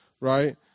right